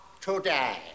today